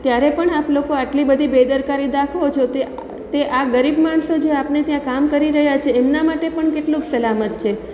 ત્યારે પણ આપ લોકો આટલી બધી બેદરકારી દાખવો છો તે તે આ ગરીબ માણસો જે આપને ત્યાં કામ કરી રહ્યા છે એમના માટે પણ કેટલુંક સલામત છે